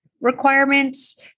requirements